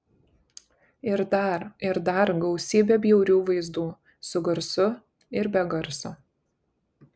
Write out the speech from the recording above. ir dar ir dar gausybę bjaurių vaizdų su garsu ir be garso